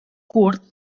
curt